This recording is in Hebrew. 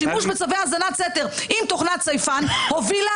שימוש בצווי האזנת סתר עם תוכנת סייפן הובילה